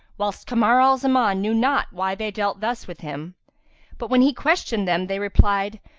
whilst kamar al-zaman knew not why they dealt thus with him but when he questioned them they replied,